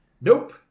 Nope